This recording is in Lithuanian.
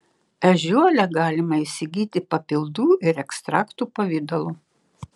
ežiuolę galima įsigyti papildų ir ekstraktų pavidalu